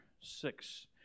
six